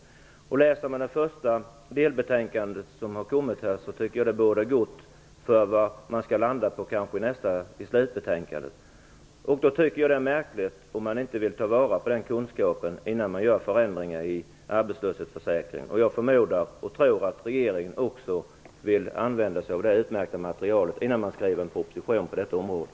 Efter att ha läst det första delbetänkande som har kommit, tycker jag att det bådar gott för vad man skall landa på i slutbetänkandet. Jag tycker att det är märkligt om man inte vill ta vara på den kunskapen innan man gör förändringar i arbetslöshetsförsäkringen. Jag förmodar - och tror - att regeringen också vill använda sig av detta utmärkta material innan man skriver en proposition på området.